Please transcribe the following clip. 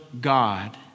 God